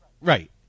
Right